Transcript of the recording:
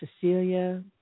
Cecilia